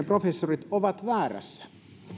professorit ovat väärässä